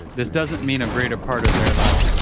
this doesn't mean a greater part of their life.